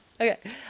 Okay